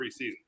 preseason